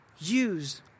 Use